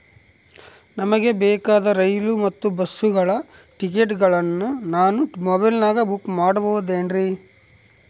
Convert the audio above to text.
ನಮಗೆ ಬೇಕಾದ ರೈಲು ಮತ್ತ ಬಸ್ಸುಗಳ ಟಿಕೆಟುಗಳನ್ನ ನಾನು ಮೊಬೈಲಿನಾಗ ಬುಕ್ ಮಾಡಬಹುದೇನ್ರಿ?